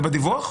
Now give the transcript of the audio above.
זה בדיווח?